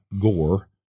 gore